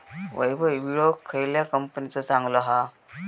वैभव विळो खयल्या कंपनीचो चांगलो हा?